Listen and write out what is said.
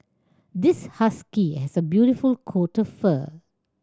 this husky has a beautiful coat of fur